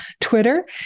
Twitter